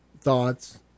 thoughts